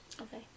Okay